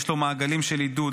יש לו מעגלים של עידוד,